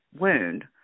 wound